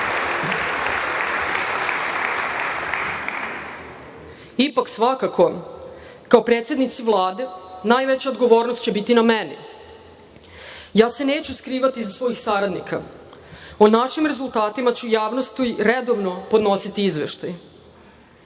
nas. Ipak, svakako kao predsednici Vlade najveća odgovornost će biti na meni. Ja se neću skrivati iza svojih saradnika. O našim rezultatima ću javnosti redovno podnositi izveštaj.